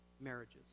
marriages